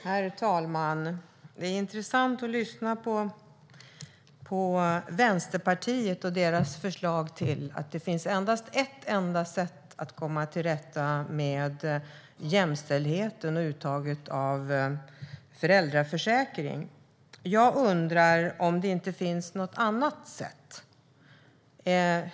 Herr talman! Det är intressant att lyssna på Vänsterpartiet och deras förslag. Det finns endast ett enda sätt att komma till rätta med jämställdheten och uttaget av föräldraförsäkring. Jag undrar om det inte finns något annat sätt.